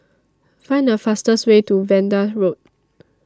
Find The fastest Way to Vanda Road